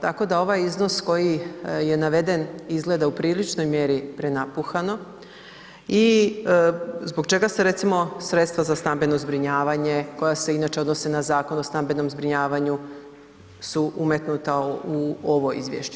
Tako da ovaj iznos koji je naveden izgleda u priličnoj mjeri prenapuhano i zbog čega se recimo sredstva za stambeno zbrinjavanje koja se inače odnose na Zakon o stambenom zbrinjavanju su umetnuta u ovoj izvješće?